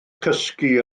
cysgu